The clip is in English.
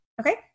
Okay